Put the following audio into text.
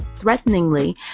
threateningly